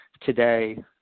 today